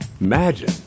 Imagine